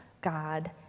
God